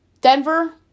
Denver